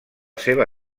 seva